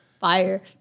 Fire